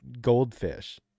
goldfish